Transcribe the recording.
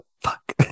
Fuck